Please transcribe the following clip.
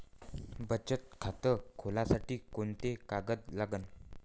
बचत खात खोलासाठी कोंते कागद लागन?